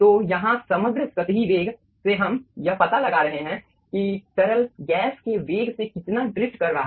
तो यहाँ समग्र सतही वेग से हम यह पता लगा रहे हैं कि तरल गैस के वेग से कितना ड्रिफ्ट कर रहा